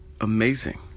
amazing